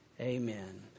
Amen